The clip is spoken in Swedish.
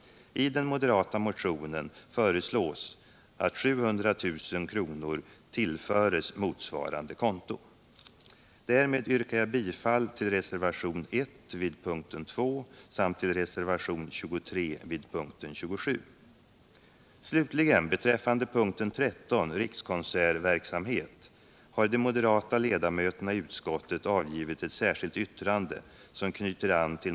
I den moderata motionen föreslås att 700 000 kr. tillförs motsvarande konto.